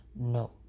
No